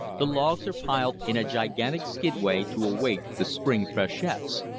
the logs are piled in a gigantic skidway to await the spring freshets,